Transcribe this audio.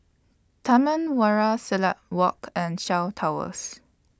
Taman Warna Silat Walk and Shaw Towers